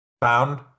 found